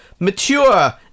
Mature